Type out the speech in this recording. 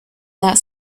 that